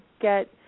get